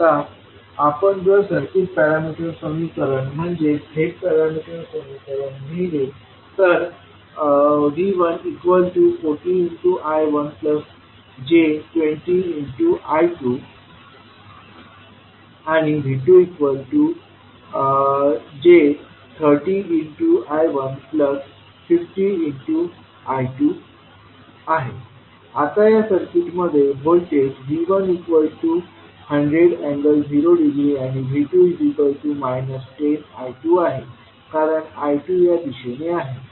आता आपण जर सर्किट पॅरामीटर समीकरण म्हणजेच Z पॅरामीटर समीकरण लिहिले तर V140I1j20I2 V2j30I150I2 आता या सर्किट मध्ये व्होल्टेज V1 100∠0 ° आणि V2 10 I2 आहे कारण I2 या दिशेने आहे